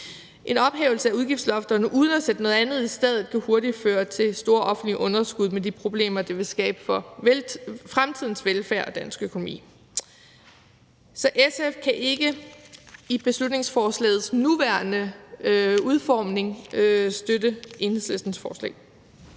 En ophævelse af udgiftslofterne uden at sætte noget andet i stedet kan hurtigt føre til store offentlige underskud med de problemer, som det vil skabe for fremtidens velfærd og dansk økonomi. Så SF kan ikke med beslutningsforslagets nuværende udformning støtte Enhedslistens forslag.